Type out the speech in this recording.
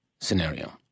scenario